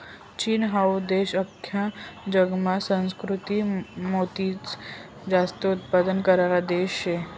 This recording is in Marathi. चीन हाऊ देश आख्खा जगमा सुसंस्कृत मोतीनं जास्त उत्पन्न काढणारा देश शे